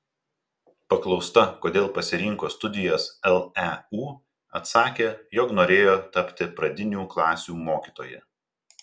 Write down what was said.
paklausta kodėl pasirinko studijas leu atsakė jog norėjo tapti pradinių klasių mokytoja